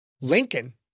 Lincoln